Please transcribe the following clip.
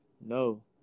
No